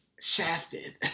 shafted